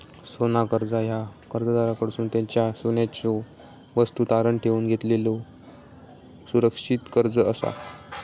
सोना कर्जा ह्या कर्जदाराकडसून त्यांच्यो सोन्याच्यो वस्तू तारण ठेवून घेतलेलो सुरक्षित कर्जा असा